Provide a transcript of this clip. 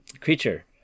creature